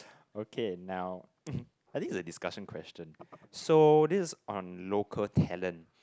okay now I think it's a discussion question so this is on local talent